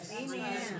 Amen